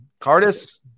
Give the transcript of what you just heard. Cardis